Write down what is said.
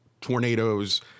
tornadoes